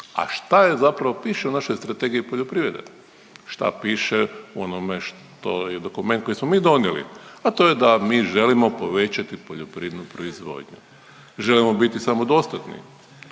A šta zapravo piše u našoj Strategiji poljoprivrede, šta piše u onome što je dokument koji smo mi donijeli, a to je da mi želimo povećati poljoprivrednu proizvodnju, želimo biti samodostatni.